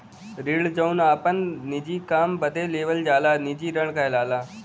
ऋण जौन आपन निजी काम बदे लेवल जाला निजी ऋण कहलाला